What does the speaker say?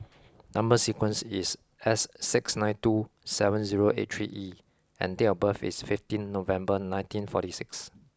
number sequence is S six nine two seven zero eight three E and date of birth is fifteenth November nineteen forty six